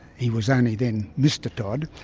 he was only then mr. todd,